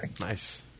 Nice